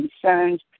concerns